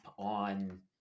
on